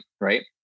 right